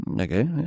okay